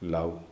Love